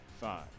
Five